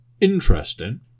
Interesting